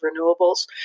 renewables